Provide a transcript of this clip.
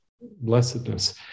blessedness